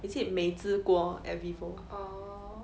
is it 美兹锅 at vivo